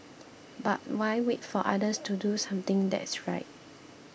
but why wait for others to do something that's right